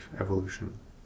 evolution